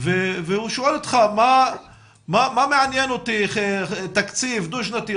והוא שואל אותך: מה מעניין אותי תקציב דו שנתי,